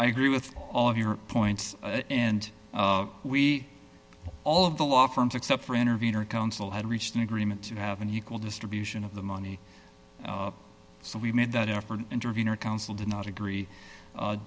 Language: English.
i agree with all of your points and we all of the law firms except for intervener council had reached an agreement to have an equal distribution of the money so we made that effort intervenor council did not agree